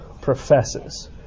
professes